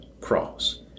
cross